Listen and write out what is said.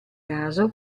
caso